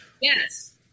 Yes